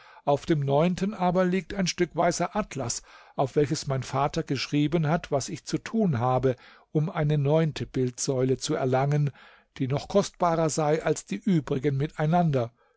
auf dem neunten aber liegt ein stück weißer atlas auf welches mein vater geschrieben hat was ich zu tun habe um eine neunte bildsäule zu erlangen die noch kostbarer sei als die übrigen miteinander